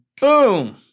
boom